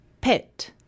pet